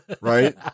Right